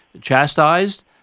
chastised